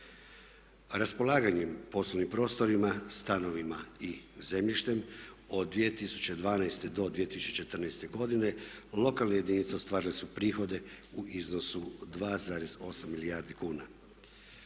Raspolaganjem poslovnim prostorima, stanovima i zemljištem od 2012. do 2014. godine lokalne jedinice ostvarile su prihode u iznosu od 2,8 milijarde kuna.